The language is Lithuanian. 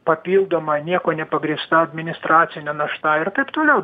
papildoma niekuo nepagrįsta administracinė našta ir taip toliau